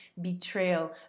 betrayal